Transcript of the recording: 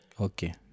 Okay